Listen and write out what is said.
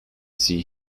see